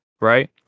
Right